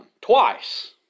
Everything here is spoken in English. twice